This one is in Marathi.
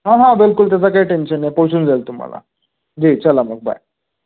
हां हां बिलकुल त्याचं काही टेन्शन नाही पोचून जाईल तुम्हाला जी चला मग बाय